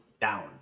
down